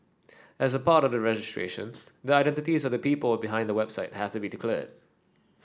as part of the registration that the identities of the people behind the website have to be declared